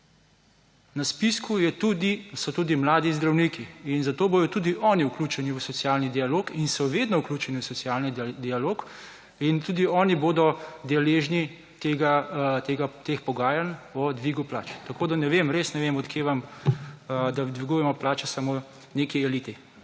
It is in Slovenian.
je tudi, so tudi mladi zdravniki. In zato bojo tudi oni vključeni v socialni dialog in so vedno vključeni v socialni dialog. In tudi oni bodo deležni tega, teh pogajanj o dvigu plač. Tako da ne vem, res ne vem, od kje vam, da dvigujemo plače samo neki eliti.